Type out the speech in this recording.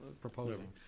proposing